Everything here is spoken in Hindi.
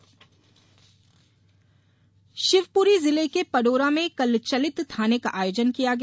चलित थाना शिवपुरी जिले के पडोरा में कल चलित थाने का आयोजन किया गया